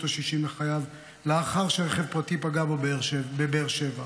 השישים לחייו לאחר שרכב פרטי פגע בו בבאר שבע.